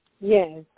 Yes